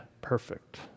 perfect